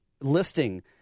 listing